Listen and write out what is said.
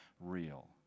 real